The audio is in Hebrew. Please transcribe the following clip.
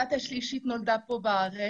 הבת שלישית נולדה כאן בארץ.